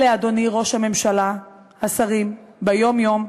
אלה, אדוני ראש הממשלה, השרים, ביום-יום,